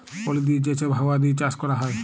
পলি দিঁয়ে যে ছব হাউয়া দিঁয়ে চাষ ক্যরা হ্যয়